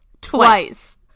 Twice